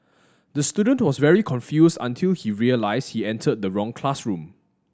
the student was very confused until he realise he enter the wrong classroom